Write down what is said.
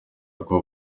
kuko